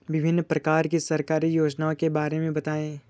विभिन्न प्रकार की सरकारी योजनाओं के बारे में बताइए?